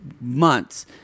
Months